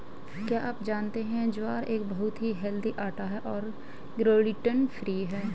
क्या आप जानते है ज्वार एक बहुत ही हेल्दी आटा है और ग्लूटन फ्री है?